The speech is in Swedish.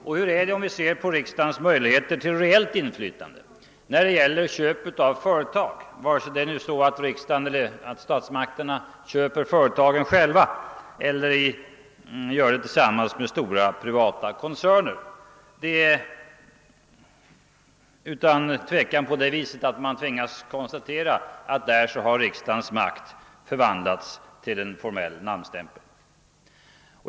Och hur är det med riksdagens möjligheter till reellt inflytande när det gäller köp av företag, vare sig statsmakterna köper företagen själva eller gör det tillsammans med stora privata koncerner? Där har riksdagens makt förvandlats till en formell namnstämpel.